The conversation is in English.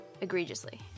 Egregiously